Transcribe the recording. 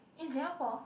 in Singapore